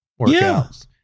workouts